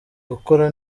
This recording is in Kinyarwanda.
gukora